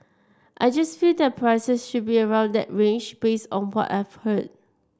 I just feel that prices should be around that range based on what I've heard